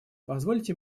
позвольте